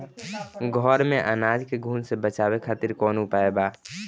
घर में अनाज के घुन से बचावे खातिर कवन उपाय बा?